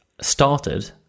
started